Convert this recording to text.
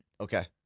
Okay